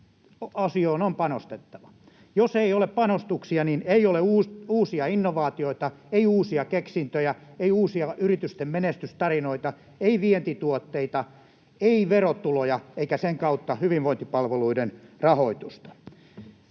Jos ei ole panostuksia, niin ei ole uusia innovaatioita, ei uusia keksintöjä, ei uusia yritysten menestystarinoita, ei vientituotteita, ei verotuloja eikä sen kautta hyvinvointipalveluiden rahoitusta.